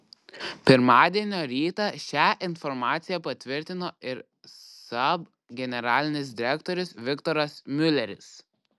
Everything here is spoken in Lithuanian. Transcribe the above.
pirmadienio rytą šią informaciją patvirtino ir saab generalinis direktorius viktoras miuleris